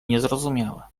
niezrozumiałe